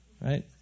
right